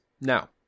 Now